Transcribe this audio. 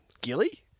Gilly